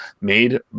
made